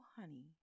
honey